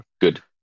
good